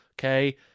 okay